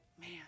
Man